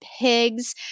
pigs